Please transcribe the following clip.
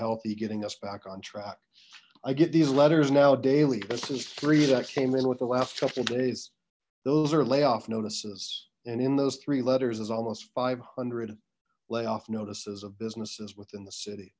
healthy getting us back on track i get these letters now daily this is three that came in with the last couple days those are layoff notices and in those three letters is almost five hundred layoff notices of businesses within the city